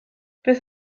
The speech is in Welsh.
beth